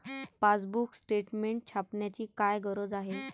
Passbook statement छापण्याची काय गरज आहे?